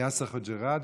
יאסר חוג'יראת,